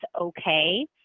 okay